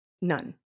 none